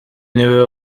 niwe